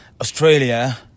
Australia